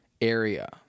area